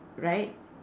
right